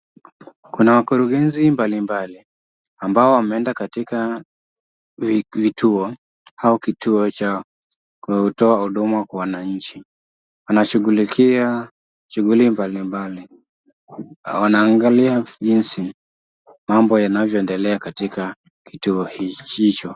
Kuna wakurugenzi mbalimbali ambao wameenda katika vituo au kituo cha kutoa huduma kwa wananchi, wanashughulikia shughuli mbalimbali, wanaangalia jinsi mambo yanavyoendelea katika kituo hicho.